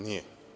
Nije.